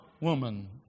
woman